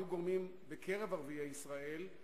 היו גורמים בקרב ערביי ישראל,